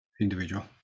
individual